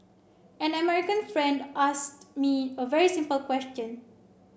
an American friend asked me a very simple question